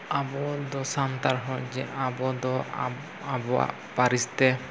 ᱟᱵᱚᱫᱚ ᱥᱟᱱᱛᱟᱲ ᱦᱚᱲ ᱡᱮ ᱟᱵᱚᱫᱚ ᱟᱵᱚᱣᱟᱜ ᱯᱟᱹᱨᱤᱥᱛᱮ